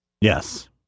Yes